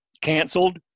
canceled